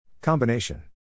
Combination